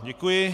Děkuji.